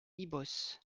ibos